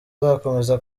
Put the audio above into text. azakomeza